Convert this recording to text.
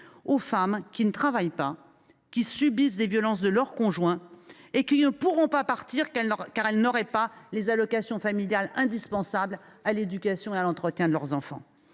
aux femmes qui ne travaillent pas, qui subissent des violences de leur conjoint et qui ne pourront pas partir, faute d’allocations indispensables à l’éducation et à l’entretien de leurs enfants